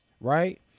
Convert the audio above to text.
Right